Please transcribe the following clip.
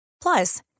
Plus